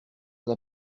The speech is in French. n’a